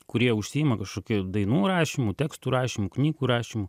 kurie užsiima kažkokiu dainų rašymu tekstų rašymu knygų rašymu